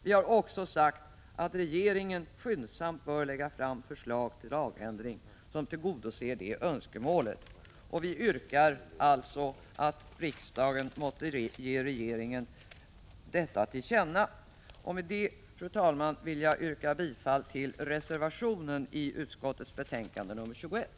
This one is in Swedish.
Vi har också sagt att regeringen skyndsamt bör lägga fram förslag till lagändring som tillgodoser detta önskemål. Vi yrkar att riksdagen måtte ge regeringen detta till känna som sin mening. Med detta, fru talman, vill jag yrka bifall till reservationen i utskottsbetänkandet 21.